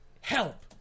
help